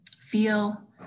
feel